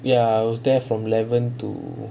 ya I was there from eleven to